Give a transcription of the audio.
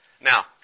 Now